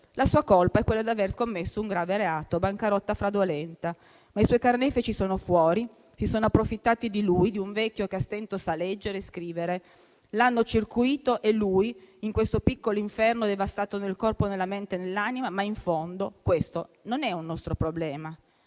La sua colpa è quella d'aver commesso un grave reato: bancarotta fraudolenta. I suoi carnefici sono fuori, si sono approfittati di lui, di un vecchio che a stento sa leggere e scrivere. L'hanno circuito, e lui è qui, in questo piccolo inferno, devastato nel corpo nella mente e nell'anima, ma in fondo questo non è un nostro problema.